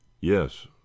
Yes